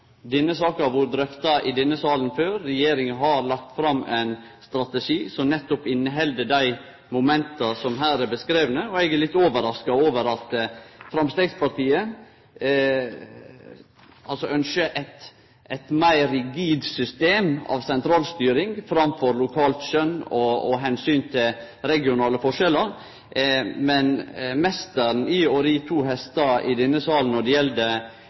Denne saka har vore drøfta i denne salen før, og regjeringa har lagt fram ein strategi som nettopp inneheld dei momenta som her er beskrivne. Eg er litt overraska over at Framstegspartiet ynskjer eit meir rigid system, med sentralstyring framfor lokalt skjønn og omsyn til regionale forskjellar. Men meistaren i å ri to hestar i denne salen når det gjeld